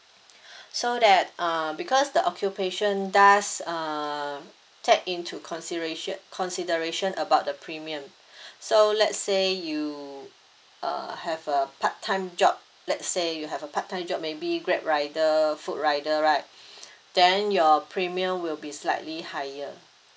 so that uh because the occupation does uh take into consideration consideration about the premium so let's say you uh have a part time job let's say you have a part time job maybe grab rider food rider right then your premium will be slightly higher